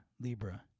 Libra